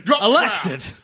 Elected